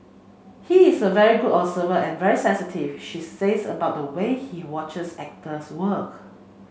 he is a very good observer and very sensitive she says about the way he watches actors work